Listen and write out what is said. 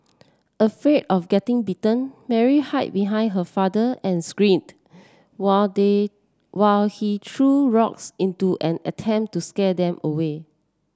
afraid of getting bitten Mary hid behind her father and screamed while they while he threw rocks into an attempt to scare them away